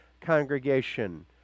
congregation